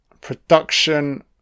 Production